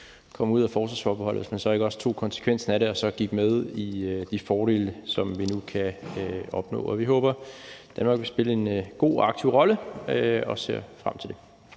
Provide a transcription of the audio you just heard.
komme ud af forsvarsforbeholdet, hvis man så ikke også tog konsekvensen af det og gik med i de fordele, som vi nu kan opnå. Og vi håber, at Danmark vil spille en god og aktiv rolle, og ser frem til det.